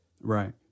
Right